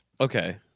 Okay